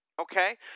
okay